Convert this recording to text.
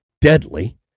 deadly